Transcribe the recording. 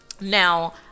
Now